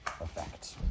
effect